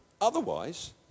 otherwise